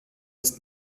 ist